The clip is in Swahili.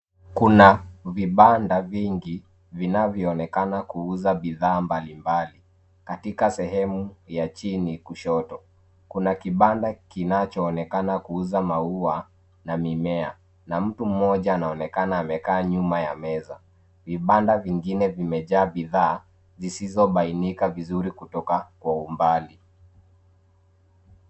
Kuna vibanda vingi vinavyoonekana kuuza bidhaa mbalimbali, katika sehemu ya chini kushoto. Kuna kibanda kinachoonekana kuuza maua na mimea, na mtu mmoja anaonekana amekaa nyuma ya meza. Vibanda vingine vimejaa bidhaa, zisizobainika vizuri kutoka kwa umbali."